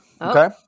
Okay